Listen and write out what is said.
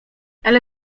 ale